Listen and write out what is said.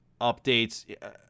updates